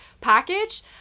package